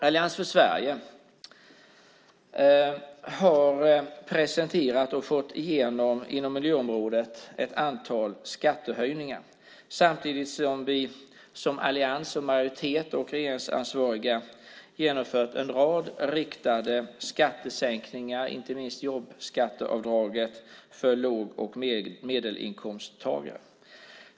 Allians för Sverige har inom miljöområdet presenterat och fått igenom ett antal skattehöjningar samtidigt som allians, majoritet och regeringsansvariga genomfört en rad riktade skattesänkningar, inte minst jobbskatteavdraget för låg och medelinkomsttagare.